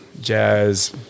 jazz